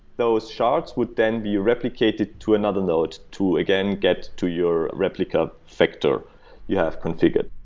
those shards would then be replicated to another node to, again, get to your replica factor you have configured.